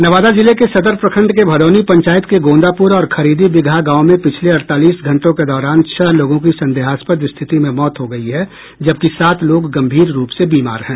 नवादा जिले के सदर प्रखंड के भदौनी पंचायत के गोंदापुर और खरीदी बिगहा गांव में पिछले अड़तालीस घंटों के दौरान छह लोगों की संदेहास्पद स्थिति में मौत हो गयी है जबकि सात लोग गंभीर रूप से बीमार हैं